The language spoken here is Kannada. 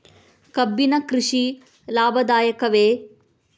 ಕಬ್ಬಿನ ಕೃಷಿ ಲಾಭದಾಯಕವೇ?